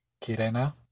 kirena